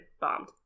bombed